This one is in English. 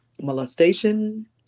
molestation